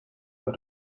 but